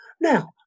Now